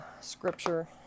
scripture